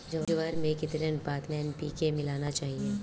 ज्वार में कितनी अनुपात में एन.पी.के मिलाना चाहिए?